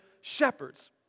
shepherds